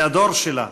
על הדור שלה,